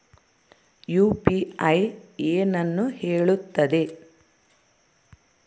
UPI ಏನನ್ನು ಹೇಳುತ್ತದೆ?